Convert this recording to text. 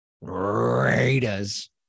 Raiders